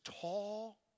tall